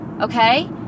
okay